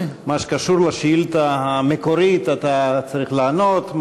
מה שקשור לשאילתה המקורית אתה צריך לענות,